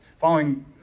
Following